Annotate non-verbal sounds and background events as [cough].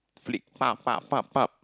flick [noise]